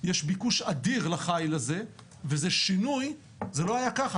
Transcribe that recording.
יש ביקוש אדיר לחיל הזה וזה שינוי, זה לא היה ככה.